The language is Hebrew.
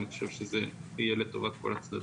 אני חושב שזה יהיה לטובת כל הצדדים.